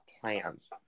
plans